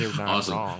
Awesome